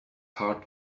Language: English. heart